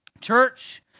Church